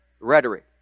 rhetoric